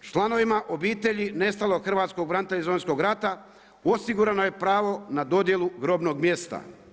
Članovima obitelji nestalog hrvatskog branitelja iz Domovinskog rata osigurano je pravo na dodjelu grobnog mjesta.